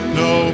no